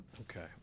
Okay